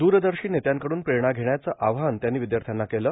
दूरदर्शा नेत्यांकडून प्रेरणा घेण्याचं आवाहन त्यांनी र्वद्याथ्याना केलं